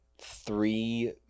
three